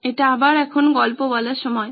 এটা আবার এখন গল্প বলার সময়